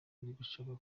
gushaka